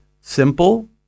simple